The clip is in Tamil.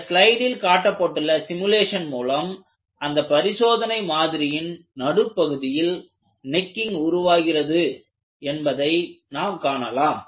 இந்த ஸ்லைடில் காட்டப்பட்டுள்ள சிமுலேஷன் மூலம் அந்த பரிசோதனை மாதிரியின் நடுப்பகுதியில் நெக்கிங் உருவாகிறது என்பதை நாம் காணலாம்